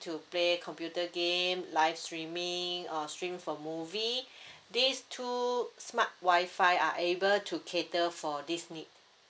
to play computer game live streaming or stream for movie these two smart wi-fi are able to cater for this need